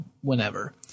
whenever